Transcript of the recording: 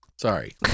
sorry